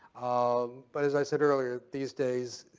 um but as i said earlier, these days,